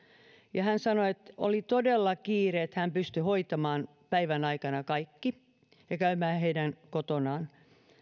hän sanoi että oli todella kiire siinä että hän pystyi hoitamaan päivän aikana kaikki ja käymään heidän kotonaan